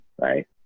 right